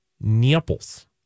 nipples